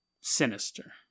sinister